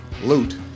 loot